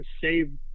save